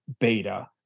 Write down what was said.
beta